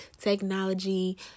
technology